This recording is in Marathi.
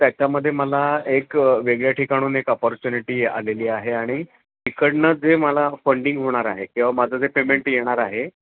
त्याच्यामध्ये मला एक वेगळ्या ठिकाणाहून एक अपॉर्च्युनिटी आलेली आहे आणि तिकडनं जे मला फंडिंग होणार आहे किंवा माझं जे पेमेंट येणार आहे